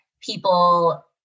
people